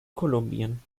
kolumbien